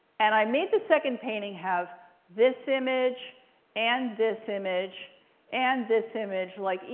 and i made the second painting have this image and this image and this image. like,